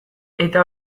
eta